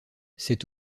cet